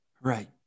right